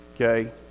Okay